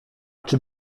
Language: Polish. czy